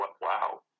wow